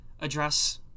address